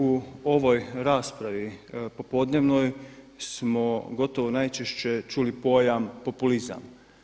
U ovoj raspravi smo popodnevnoj smo gotovo najčešće čuli pojam populizam.